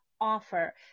offer